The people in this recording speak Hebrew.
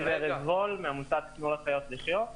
אני ארז וול מעמותת "תנו לחיות לחיות".